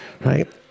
right